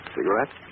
Cigarette